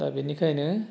दा बिनिखायनो